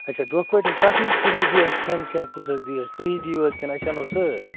اَچھا دۄہ پٲٹھۍ حظ تَتھ منٛز کُس حظ دِیہِ اَسہِ کھٮ۪ن چٮ۪ن کُس حظ دِیہِ اَسہِ تُہی دِیِو حظ کِنہٕ أسۍ اَنو سۭتۍ